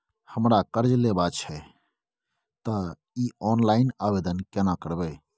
हमरा कर्ज लेबा छै त इ ऑनलाइन आवेदन केना करबै?